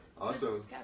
Awesome